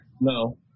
No